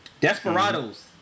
Desperados